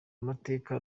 amateka